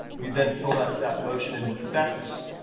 we then filled that that motion in with effects.